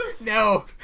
No